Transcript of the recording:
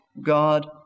God